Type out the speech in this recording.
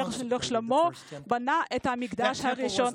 בנו, המלך שלמה, בנה את המקדש הראשון.